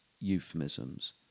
euphemisms